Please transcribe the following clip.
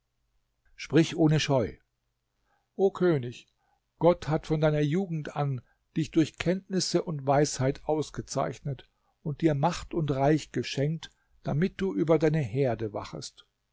sprich ohne scheu o könig gott hat von deiner jugend an dich durch kenntnisse und weisheit ausgezeichnet und dir macht und reich geschenkt damit du über deine herde wachest